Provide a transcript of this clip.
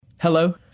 Hello